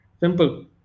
Simple